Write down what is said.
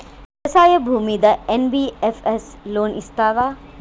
వ్యవసాయం భూమ్మీద NBFS loan ఇస్తదా?